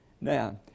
Now